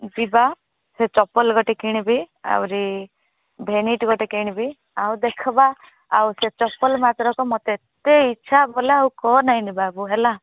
ଯିବା ସେ ଚପଲ ଗୋଟେ କିଣିବି ଆହୁରି ଭେନିଟ୍ ଗୋଟେ କିଣିବି ଆଉ ଦେଖିବା ଆଉ ସେ ଚପଲ ମାତ୍ରକେ ମୋତେ ଏତେ ଇଛା ବୋଲେ ଆଉ କହନାଇଁରେ ବାବୁ ହେଲା